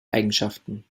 eigenschaften